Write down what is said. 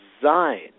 design